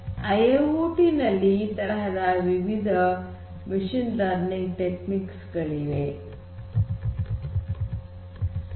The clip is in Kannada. ಐ ಐ ಓ ಟಿ ನಲ್ಲಿ ಈ ತರಹದ ವಿವಿಧ machine learning techniques machine learning techniques ಗಳಿವೆ